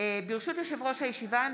ברשות יושב-ראש הישיבה,